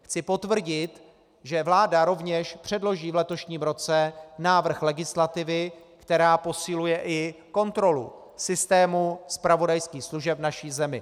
Chci potvrdit, že vláda rovněž předloží v letošním roce návrh legislativy, která posiluje i kontrolu systému zpravodajských služeb v naší zemi.